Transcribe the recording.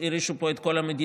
שהרעישו פה את כל המדינה,